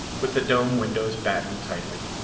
with the dome windows battened tightly,